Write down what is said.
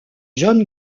john